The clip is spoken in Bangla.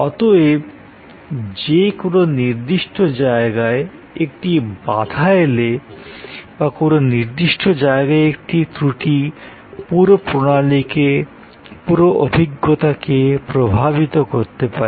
অতএব যে কোনও নির্দিষ্ট জায়গায় একটি বাধা এলে বা কোনও নির্দিষ্ট জায়গায় একটি ত্রূটি পুরো প্রণালীকে পুরো অভিজ্ঞতাকে প্রভাবিত করতে পারে